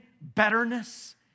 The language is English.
betterness